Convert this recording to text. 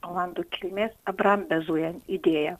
olandų kilmės abram bezuen idėja